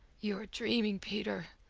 you're dreaming, peter,